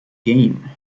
game